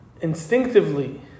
instinctively